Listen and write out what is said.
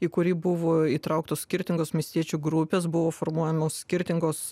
į kurį buvo įtrauktos skirtingos miestiečių grupės buvo formuojamos skirtingos